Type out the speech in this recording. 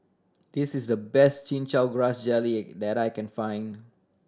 this is the best Chin Chow Grass Jelly that I can find